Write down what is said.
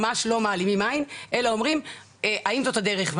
ממש לא מעלימים עין אלא שואלים האם זאת הדרך.